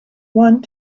one